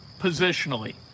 positionally